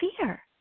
fear